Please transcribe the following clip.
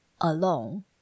alone